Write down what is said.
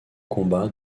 combats